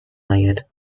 layered